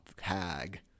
hag